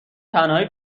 تنهایی